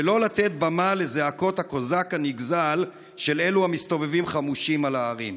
ולא לתת במה לזעקות הקוזק הנגזל של אלו המסתובבים חמושים על ההרים.